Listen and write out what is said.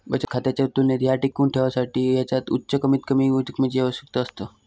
बचत खात्याच्या तुलनेत ह्या टिकवुन ठेवसाठी ह्याच्यात उच्च कमीतकमी रकमेची आवश्यकता असता